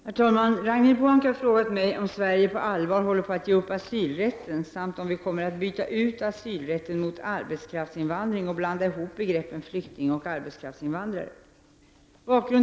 Herr talman! Ragnhild Pohanka har frågat mig om Sverige på allvar håller på att ge upp asylrätten samt om vi i Sverige kommer att byta ut asylrätten mot arbetskraftsinvandring och blanda ihop begreppen flykting och arbetskraftsinvandrare.